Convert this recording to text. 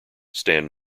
stan